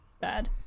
bad